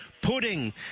Pudding